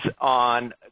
on